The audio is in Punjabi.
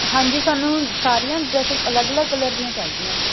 ਹਾਂਜੀ ਸਾਨੂੰ ਸਾਰੀਆਂ ਡਰੈਸਸ ਅਲੱਗ ਅਲੱਗ ਕਲਰ ਦੀਆਂ ਚਾਹੀਦੀਆਂ ਨੇ